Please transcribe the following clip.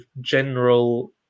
general